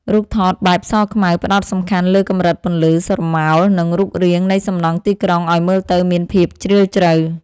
រូបថតបែបសខ្មៅ ផ្ដោតសំខាន់លើកម្រិតពន្លឺ ស្រមោល និងរូបរាងនៃសំណង់ទីក្រុងឱ្យមើលទៅមានភាពជ្រាលជ្រៅ។